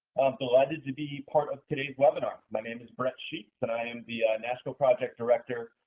delighted to be part of today's webinar. my name is brett sheats, and i am the national project director